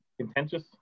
contentious